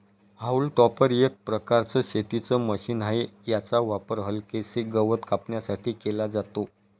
haulm topper एक प्रकारचं शेतीच मशीन आहे, याचा वापर हलकेसे गवत कापण्यासाठी केला जातो